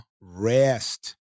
rest